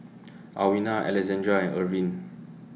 Alwina Alexandria and Irven